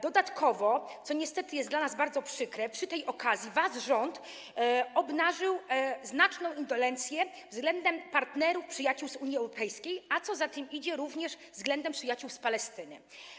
Dodatkowo, co niestety jest dla nas bardzo przykre, przy tej okazji wasz rząd obnażył znaczną indolencję względem partnerów, przyjaciół z Unii Europejskiej, a co za tym idzie również względem przyjaciół z Palestyny.